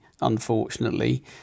unfortunately